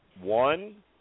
One